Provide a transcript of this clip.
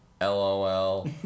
LOL